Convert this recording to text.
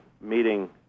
meeting